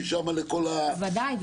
ומשם לכל -- בוודאי.